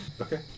Okay